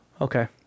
Okay